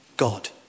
God